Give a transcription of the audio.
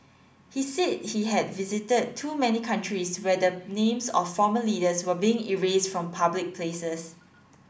he said he had visited too many countries where the names of former leaders were being erased from public places